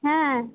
হ্যাঁ